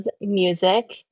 music